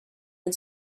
and